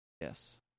Yes